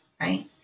right